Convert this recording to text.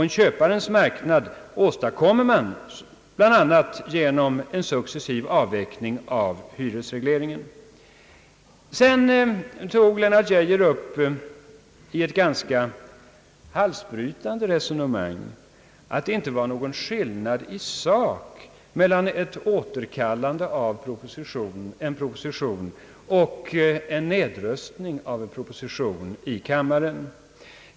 En köparnas marknad åstadkommer man bl.a. genom en successiv avveckling av hyresregleringen. Sedan tog statsrådet Geijer i ett ganska halsbrytande resonemang upp att det inte var någon skillnad i sak mellan ett återkallande av en proposition och en nedröstning av en proposition i kammaren.